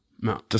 No